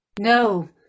No